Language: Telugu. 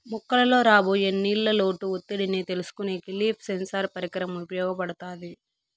మొక్కలలో రాబోయే నీళ్ళ లోటు ఒత్తిడిని తెలుసుకొనేకి లీఫ్ సెన్సార్ పరికరం ఉపయోగపడుతాది